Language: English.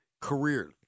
career